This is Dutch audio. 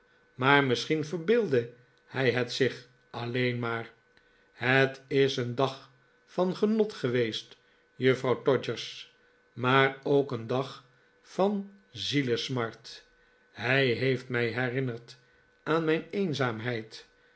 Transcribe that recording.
maar misschien verbeeldde hij het zich alleen maar het is een dag van genot geweest juffrouw todgers maar ook een dag van zielesmart hij heeft mij herinnerd aan mijn eenzaamheid